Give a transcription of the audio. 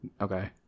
Okay